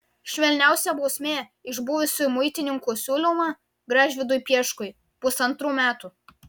švelniausia bausmė iš buvusių muitininkų siūloma gražvydui pieškui pusantrų metų